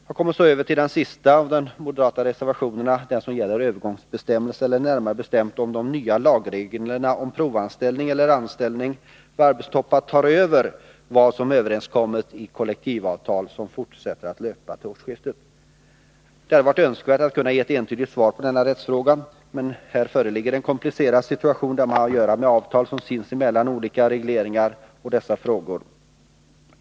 Jag kommer så över till den sista av de moderata reservationerna, den som gäller övergångsbestämmelserna eller närmare bestämt om de nya lagreglerna om provanställning och anställning vid arbetstoppar tar över vad som överenskommits i det kollektivavtal som fortsätter att löpa till årsskiftet. Det hade varit önskvärt att kunna ge ett entydigt svar på denna rättsfråga. Men här föreligger en komplicerad situation, där man har att göra med avtal med sinsemellan olika regleringar av dessa frågor.